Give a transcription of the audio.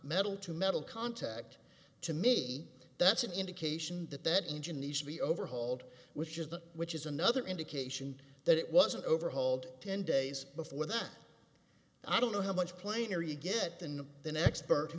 metal to metal contact to me that's an indication that that engine needs to be overhauled which is that which is another indication that it wasn't overhauled ten days before that i don't know how much plainer you get than the next b